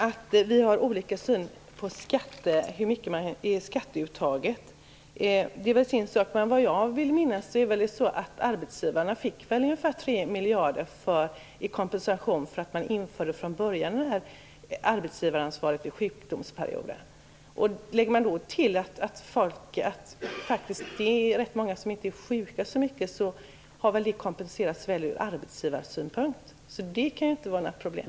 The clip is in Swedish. Att vi har olika syn på skatteuttaget är väl en sak, men enligt vad jag minns fick arbetsgivarna från början ungefär 3 miljarder i kompensation för att man införde arbetsgivaransvaret i sjuklöneperioden. Lägger man till att det är rätt många som inte är sjuka så mycket har väl förlängningen kompenserats väl ur arbetsgivarsynpunkt, så det kan ju inte vara några problem.